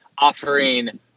offering